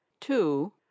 Two